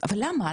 אבל למה?